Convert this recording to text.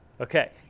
Okay